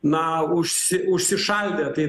na užsi užsišaldę tai